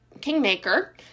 Kingmaker